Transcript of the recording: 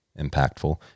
impactful